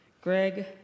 Greg